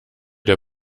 der